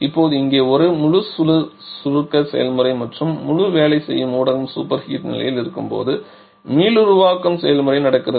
இப்போது இங்கே இந்த முழு சுருக்க செயல்முறை மற்றும் முழு வேலை செய்யும் ஊடகம் சூப்பர் ஹீட் நிலையில் இருக்கும்போது மீளுருவாக்கம் செயல்முறை நடக்கிறது